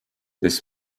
this